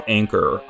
anchor